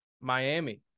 Miami